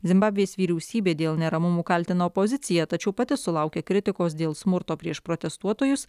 zimbabvės vyriausybė dėl neramumų kaltina opoziciją tačiau pati sulaukė kritikos dėl smurto prieš protestuotojus